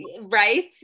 Right